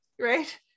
Right